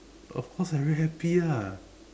of course I very happy ah